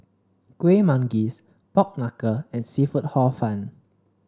Kuih Manggis Pork Knuckle and seafood Hor Fun